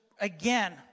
again